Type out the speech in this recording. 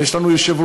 ויש לנו יושב-ראש